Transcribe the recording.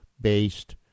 based